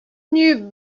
new